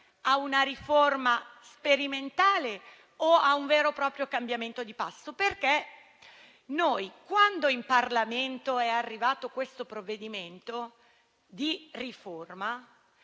a una riforma sperimentale o a un vero e proprio cambiamento di passo? Quando in Parlamento è arrivato questo provvedimento di riforma,